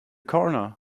corner